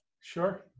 Sure